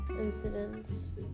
incidents